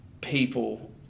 people